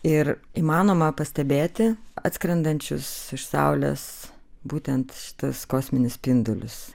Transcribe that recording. ir įmanoma pastebėti atskrendančius iš saulės būtent tuos kosminius spindulius